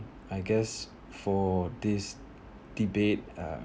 I guess for this debate uh